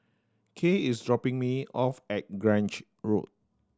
Kay is dropping me off at Grange Road